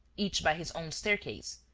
each by his own staircase,